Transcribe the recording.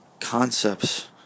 concepts